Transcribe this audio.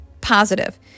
positive